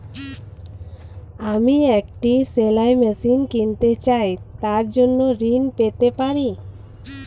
আমি একটি সেলাই মেশিন কিনতে চাই তার জন্য ঋণ পেতে পারি?